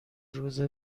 روز